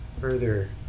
further